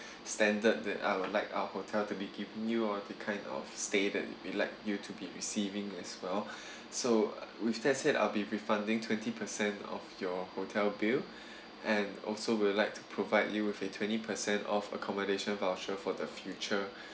standard that I would like our hotel to be giving you all the kind of stay that we like you to be receiving as well so with that said I'll be refunding twenty percent of your hotel bill and also will like to provide you with a twenty percent off accommodation voucher for the future